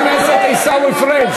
חבר הכנסת עיסאווי פריג'.